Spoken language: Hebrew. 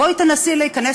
בואי תנסי להיכנס